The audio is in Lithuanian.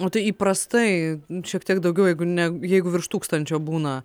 o tai įprastai šiek tiek daugiau jeigu ne jeigu virš tūkstančio būna